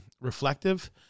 reflective